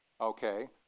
Okay